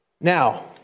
Now